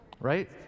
Right